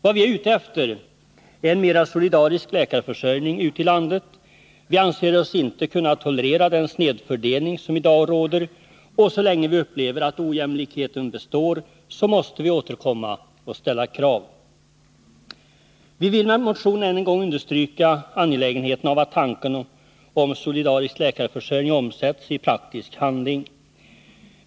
Vad vi är ute efter är en mer solidarisk läkarförsörjning ute i landet. Vi anser oss inte kunna tolerera den snedfördelning som i dag råder. Och så länge vi upplever att ojämlikheten består måste vi återkomma och ställa krav. Vi vill med motionen än en gång understryka angelägenheten av att tanken om en solidarisk läkarförsörjning omsätts i praktisk handling.